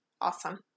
Awesome